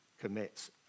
commits